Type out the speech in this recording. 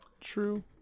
true